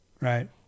Right